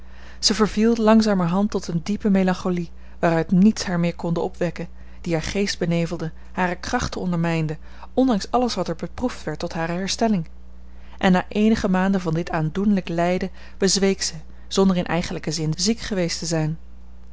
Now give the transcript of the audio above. zij verviel langzamerhand tot eene diepe melancholie waaruit niets haar meer konde opwekken die haar geest benevelde hare krachten ondermijnde ondanks alles wat er beproefd werd tot hare herstelling en na enige maanden van dit aandoenlijk lijden bezweek zij zonder in eigenlijken zin ziek geweest te zijn